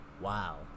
Wow